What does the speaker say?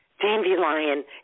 dandelion